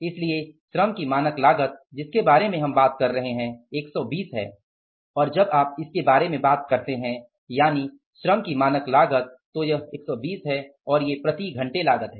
इसलिए श्रम की मानक लागत जिसके बारे में हम बात कर रहे हैं 120 है और जब आप इसके बारे में बात करते हैं यानि श्रम की मानक लागत तो यह 120 है और ये प्रति घंटे लागत है